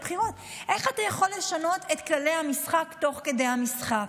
איך אתה יכול לשנות את כללי המשחק תוך כדי המשחק?